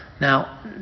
now